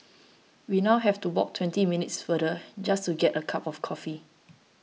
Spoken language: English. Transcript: we now have to walk twenty minutes farther just to get a cup of coffee